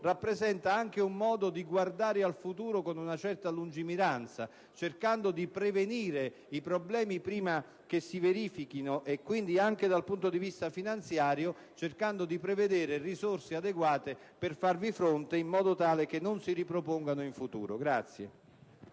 rappresenta anche un modo di guardare al futuro con una certa lungimiranza, cercando di prevenire i problemi prima che si verifichino, e quindi anche dal punto di vista finanziario, prevedendo risorse adeguate per farvi fronte in modo tale che non si ripropongano in futuro. [DELLA